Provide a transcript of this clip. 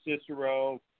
Cicero